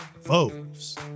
Foes